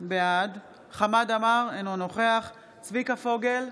בעד חמד עמאר, אינו נוכח צביקה פוגל,